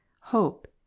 hope